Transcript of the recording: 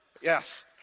Yes